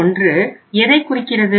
331 எதை குறிக்கிறது